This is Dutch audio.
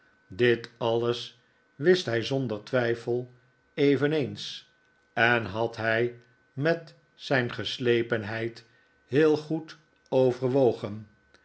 dit alles wist hij zonder twijfel eveneens en had hij met zijn geslepenheid heel goed overwogen